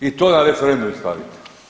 I to na referendum stavite.